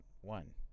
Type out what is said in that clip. one